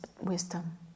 wisdom